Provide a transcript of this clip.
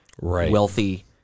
Wealthy